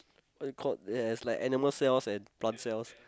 what you called there's like animal cells and plant cells